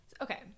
okay